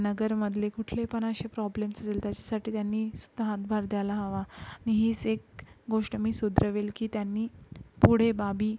नगरमधले कुठले पण असे प्रॉब्लेम्स असेल त्याच्यासाठी त्यांनीसुद्धा हातभार द्यायला हवा नि हीच एक गोष्ट मी सुधरवेल की त्यांनी पुढे बाबी